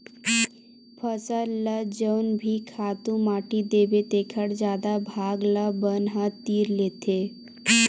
फसल ल जउन भी खातू माटी देबे तेखर जादा भाग ल बन ह तीर लेथे